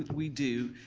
we do,